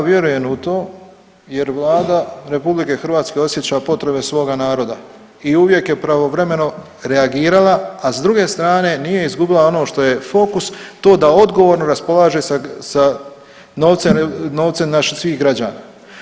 Ja vjerujem u to jer Vlada RH osjeća potrebe svoga naroda i uvijek je pravovremeno reagirala, a s druge strane nije izgubila ono što je fokus, to da odgovorno raspolaže sa novcem svih nas građana.